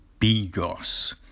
Bigos